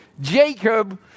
Jacob